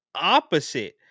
Opposite